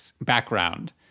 background